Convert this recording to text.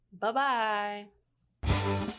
Bye-bye